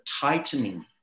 tightening